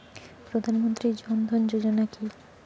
প্রধান মন্ত্রী জন ধন যোজনা কি?